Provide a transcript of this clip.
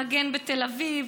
מגן בתל אביב,